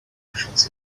functions